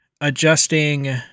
adjusting